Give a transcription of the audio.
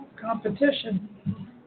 competition